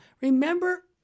Remember